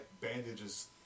bandages